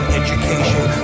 education